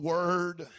Word